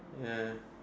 ya